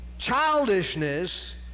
Childishness